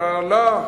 והלה,